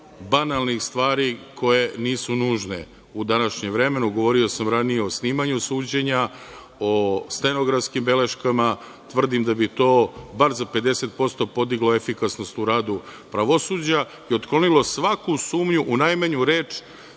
banalnih stvari koje nisu nužne u današnjem vremenu. Govorio sam ranije o snimanju suđenja, o stenografskim beleškama. Tvrdim da bi to bar za 50% podiglo efikasnost u radu pravosuđa i otklonilo svaku sumnju u najmanju reč,